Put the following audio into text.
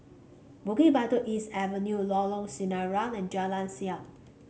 Bukit Batok East Avenue Lorong Sinaran and Jalan Siap